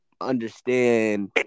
understand